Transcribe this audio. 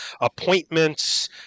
appointments